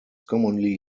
commonly